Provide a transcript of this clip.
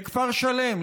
לכפר שלם,